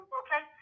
okay